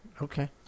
Okay